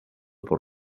por